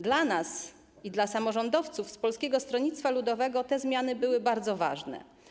Dla nas i dla samorządowców z Polskiego Stronnictwa Ludowego te zmiany były bardzo ważne.